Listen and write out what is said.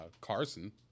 Carson